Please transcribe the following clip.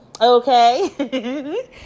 okay